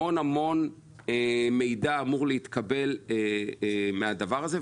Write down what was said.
המון מידע אמור להתקבל מהדבר הזה,